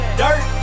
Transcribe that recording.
dirt